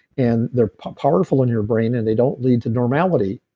and they're powerful in your brain, and they don't lead to normality.